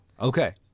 Okay